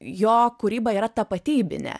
jo kūryba yra tapatybinė